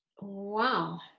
Wow